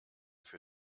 für